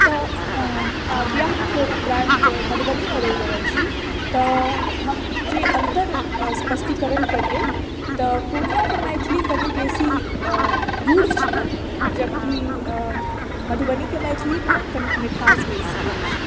तऽ आब बिआहके उपरान्त मधुबनीमे रहि रहल छी तऽ हम जे अन्तर स्पष्टीकरण करियै तऽ पूर्णियाके मैथिली कनि बेसी रूड छै जबकि मधुबनीके मैथिली मे कनिक मिठास बेसी अछि